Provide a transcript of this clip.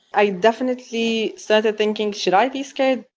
i definitely started thinking, should i be scared?